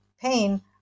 pain